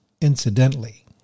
incidentally